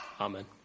Amen